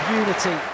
unity